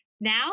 Now